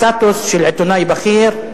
סטטוס של עיתונאי בכיר,